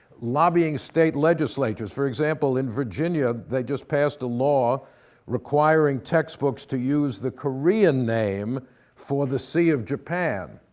lobbying state legislatures. for example, in virginia they just passed a law requiring textbooks to use the korean name for the sea of japan,